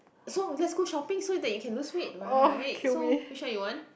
so let's go shopping so that you can lose weight right so which one you want